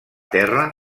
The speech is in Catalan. terra